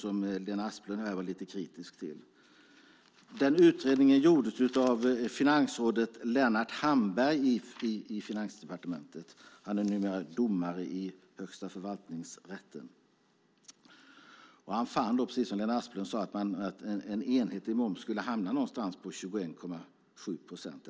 Detta var Lena Asplund i sitt anförande lite kritiskt till. Utredningen gjordes av finansrådet Lennart Hamberg i Finansdepartementet. Han är numera domare i Högsta förvaltningsdomstolen. Han fann, precis som Lena Asplund nämnde, att en enhetlig moms skulle hamna någonstans kring 21,7 procent.